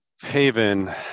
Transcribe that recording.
Haven